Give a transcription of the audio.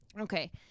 Okay